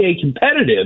competitive